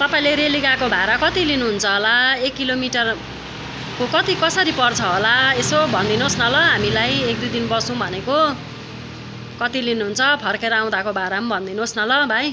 तपाईँले रेली गएको भाडा कति लिनुहुन्छ होला एक किलोमिटरको कति कसरी पर्छ होला यसो भनिदिनुहोस् न ल हामीलाई एक दुई दिन बसौँ भनेको कति लिनुहुन्छ फर्केर आउँदाको भाडा पनि भनिदिनुहोस् न ल भाइ